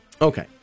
Okay